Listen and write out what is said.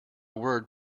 word